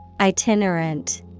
itinerant